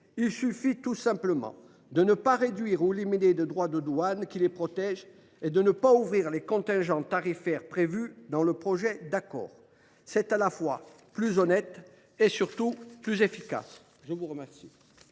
il suffit de ne pas réduire ou éliminer les droits de douane qui les protègent et de ne pas ouvrir les contingents tarifaires prévus dans le projet d’accord. C’est à la fois plus honnête et, surtout, plus efficace